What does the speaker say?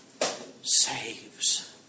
saves